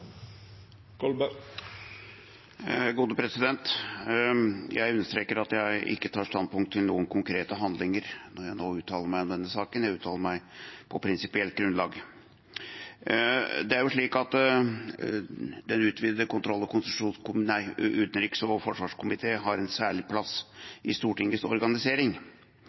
Jeg understreker at jeg ikke tar standpunkt til noen konkrete handlinger når jeg nå uttaler meg om denne saken. Jeg uttaler meg på prinsipielt grunnlag. Den utvidete utenriks- og forsvarskomité har en særlig plass i Stortingets organisering. Den er gjennom regelverket blitt gitt en autoritet og en plass i